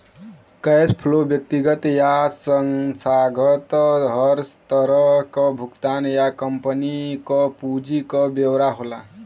cash flow व्यक्तिगत या संस्थागत हर तरह क भुगतान या कम्पनी क पूंजी क ब्यौरा होला